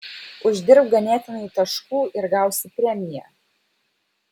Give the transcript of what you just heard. uždirbk ganėtinai taškų ir gausi premiją